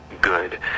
good